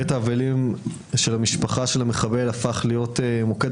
בית האבלים של משפחת המחבל הפך להיות מוקד